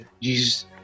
Jesus